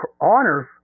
honors